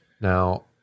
Now